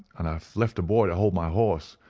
and i left a boy to hold my horse,